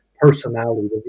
personality